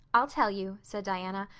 i'll tell you, said diana,